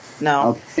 No